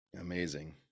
Amazing